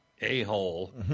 a-hole